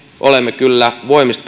olemme kyllä